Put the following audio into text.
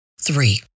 Three